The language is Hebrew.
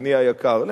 בני היקר,